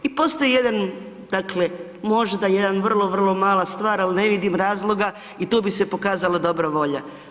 I postoji jedan, dakle, možda jedan vrlo vrlo mala stvar, ali ne vidim razloga i tu bi se pokazala dobra volja.